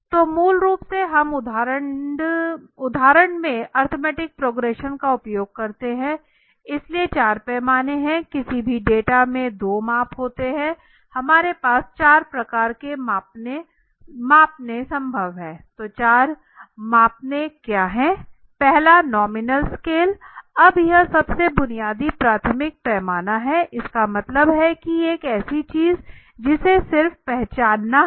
तो मूल रूप से हम उदाहरण के लिए अर्थमेटिक प्रोग्रेशन का उपयोग करते हैं इसलिए चार पैमाने हैं किसी भी डेटा में दो माप होते हैं हमारे पास चार प्रकार के पैमाने संभव है तो चार पैमाने क्या हैं पहला नॉमिनल स्केल अब यह सबसे बुनियादी प्राथमिक पैमाना हैं इसका मतलब है कि एक ऐसी चीज है जिसे सिर्फ पहचानना है